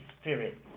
spirit